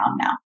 now